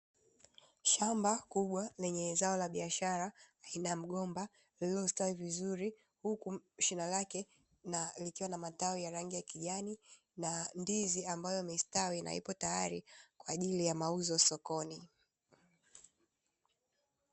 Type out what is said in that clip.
Shamba kubwa lenye zao la biashara aina ya mgomba lililostawi vizuri, huku shina lake na likiwa na matawi ya rangi ya kijani na ndizi ambayo imestawi na ipo tayari kwa ajili ya mauzo ya sokoni.